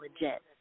legit